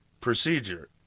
procedure